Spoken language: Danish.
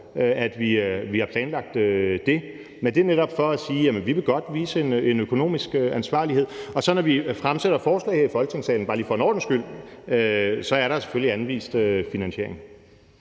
at vi har planlagt det. Men det er netop for at sige: Jamen vi vil godt vise en økonomisk ansvarlighed. Og når vi fremsætter forslag her i Folketingssalen, bare lige for en ordens skyld, så er der jo selvfølgelig anvist finansiering.